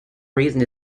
reason